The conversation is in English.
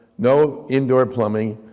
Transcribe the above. no indoor plumbing,